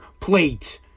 plate